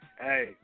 hey